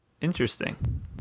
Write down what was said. Interesting